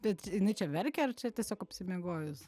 bet jinai čia verkia ar čia tiesiog apsimiegojus